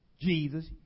Jesus